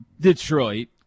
Detroit